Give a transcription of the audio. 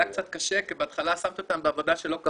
היה קצת קשה כי בהתחלה שמתי אותן בעבודה שלא כל